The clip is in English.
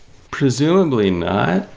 presumably not.